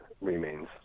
remains